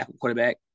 quarterback